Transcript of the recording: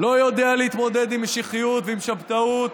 לא יודע להתמודד עם משיחיות ועם שבתאות